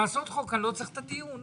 כדי לעשות חוק אני לא צריך את הדיון.